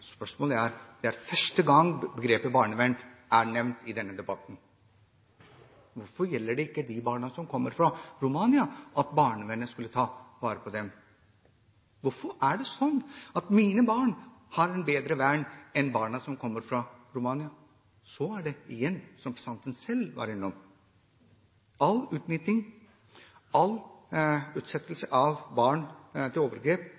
Spørsmålet er: Hvorfor gjelder ikke det for de barna som kommer fra Romania, at barnevernet skal ta vare på dem? Hvorfor er det sånn at mine barn har et bedre vern enn barna som kommer fra Romania? Så til det som representanten Sandberg var innom: All utnytting og det at barn blir utsatt for overgrep